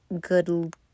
good